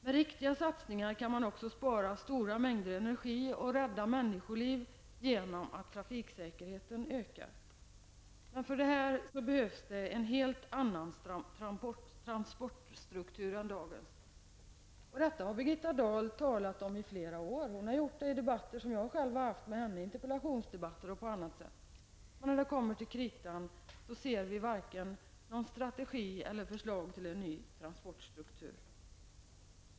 Med riktiga satsningar kan man också spara stora mängder energi och rädda människoliv genom att trafiksäkerheten ökar. För detta behövs en helt annan transportstruktur än dagens. Detta har Birgitta Dahl talat om i flera år. Hon har talat om det i debatter som jag själv har haft med henne, t.ex. interpellationsdebatter. Men när det kommer till kritan ser vi varken någon strategi eller några förslag till ny transportstruktur.